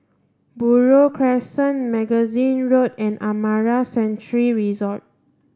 Buroh Crescent Magazine Road and Amara Sanctuary Resort